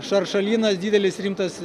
šaršalynas didelis rimtas